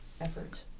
effort